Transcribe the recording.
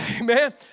Amen